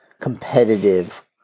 competitive